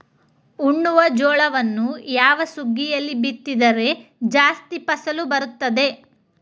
ಉಣ್ಣುವ ಜೋಳವನ್ನು ಯಾವ ಸುಗ್ಗಿಯಲ್ಲಿ ಬಿತ್ತಿದರೆ ಜಾಸ್ತಿ ಫಸಲು ಬರುತ್ತದೆ?